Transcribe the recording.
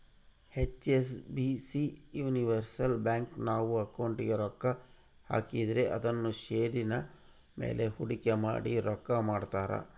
HSBC universal bank, ನಾವು ಅಕೌಂಟಿಗೆ ರೊಕ್ಕ ಹಾಕಿದ್ರ ಅದುನ್ನ ಷೇರಿನ ಮೇಲೆ ಹೂಡಿಕೆ ಮಾಡಿ ರೊಕ್ಕ ಮಾಡ್ತಾರ